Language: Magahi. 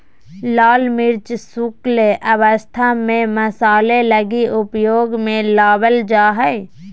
लाल मिर्च शुष्क अवस्था में मसाले लगी उपयोग में लाबल जा हइ